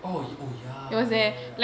oh oh ya ya ya ya